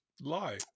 Lie